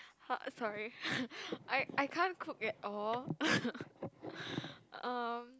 ha sorry I I can't cook at all um